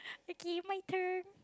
okay my turn